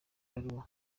baruwa